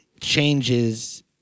changes